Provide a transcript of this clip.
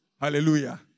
Hallelujah